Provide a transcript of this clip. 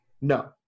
No